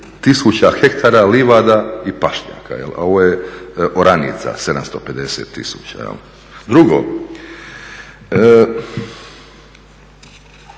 000 hektara livada i pašnjaka, a ovo je oranica 750 000. Drugo,